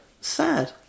Sad